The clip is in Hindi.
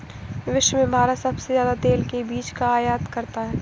विश्व में भारत सबसे ज्यादा तेल के बीज का आयत करता है